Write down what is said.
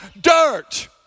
dirt